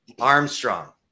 Armstrong